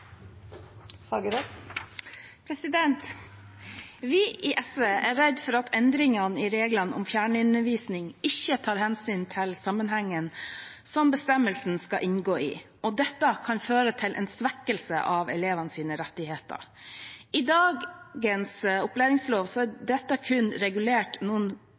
redd for at endringene i reglene om fjernundervisning ikke tar hensyn til sammenhengen som bestemmelsen skal inngå i, og dette kan føre til en svekkelse av elevenes rettigheter. I dagens opplæringslov er det kun regulert noen